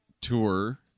tour